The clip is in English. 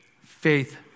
faith